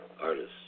artists